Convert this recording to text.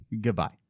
Goodbye